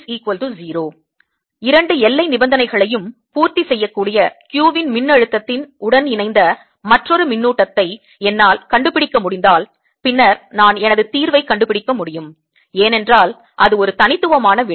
2 எல்லை நிபந்தனைகளையும் பூர்த்தி செய்யக்கூடிய q இன் மின்னழுத்தத்தின் உடன் இணைந்த மற்றொரு மின்னூட்டத்தை என்னால் கண்டுபிடிக்க முடிந்தால் பின்னர் நான் எனது தீர்வைக் கண்டுபிடிக்க முடியும் ஏனென்றால் அது ஒரு தனித்துவமான விடை